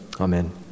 Amen